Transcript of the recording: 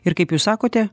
ir kaip jūs sakote